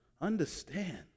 Understand